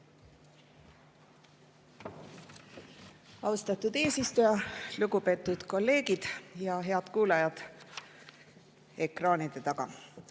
Austatud eesistuja! Lugupeetud kolleegid ja head kuulajad ekraanide taga!